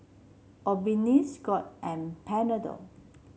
Obimin Scott and Panadol